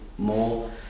More